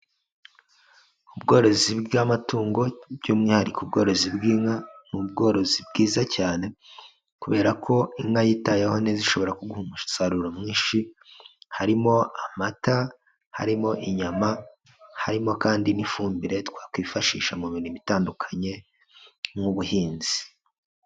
Ubworozi bw'amatungo by'umwihariko ubworozi bw'inka ni ubworozi bwiza cyane kubera ko inka yitayeho neza ishobora ku kuguha umusaruro mwinshi harimo amata, harimo inyama, harimo kandi n'ifumbire twakwifashisha mu miromo itandukanye, nk'ubuhinzi.